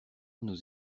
nous